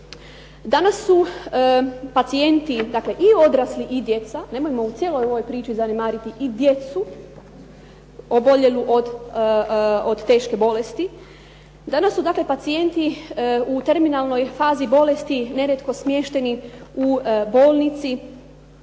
Danas su pacijenti, dakle i odrasli i djeca, nemojmo u cijeloj ovoj priči zanemariti i djecu oboljelu od teške bolesti, danas su dakle pacijenti u terminalnoj fazi bolesti nerijetko smješteni u bolnici,